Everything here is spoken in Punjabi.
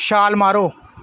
ਛਾਲ ਮਾਰੋ